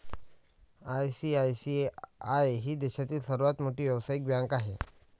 ICICI ही देशातील सर्वात मोठी व्यावसायिक बँक आहे